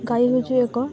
ଗାଈ ହେଉଛି ଏକ